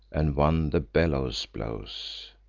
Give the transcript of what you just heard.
and one the bellows blows.